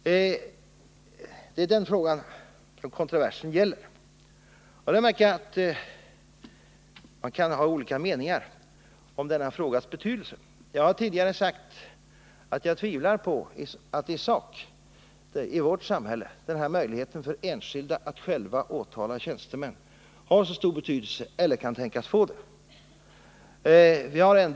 Det är den frågan som kontroversen gäller. Jag har upptäckt att man kan ha olika meningar om denna frågas betydelse. Jag har tidigare sagt att jag tvivlar på att möjligheten för enskilda att själva åtala tjänstemän i sak har så stor betydelse eller kan tänkas få det i vårt samhälle.